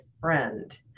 friend